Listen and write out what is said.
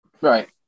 Right